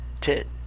Tit